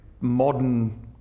modern